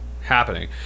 happening